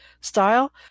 style